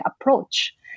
approach